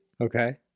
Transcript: Okay